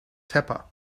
tepper